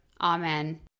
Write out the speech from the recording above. Amen